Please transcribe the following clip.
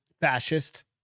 Fascist